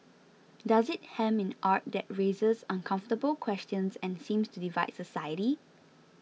does it hem in art that raises uncomfortable questions and seems to divide society